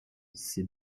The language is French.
c’est